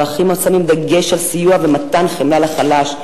ערכים השמים דגש על חמלה ומתן סיוע לחלש,